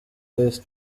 faith